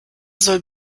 soll